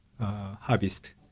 harvest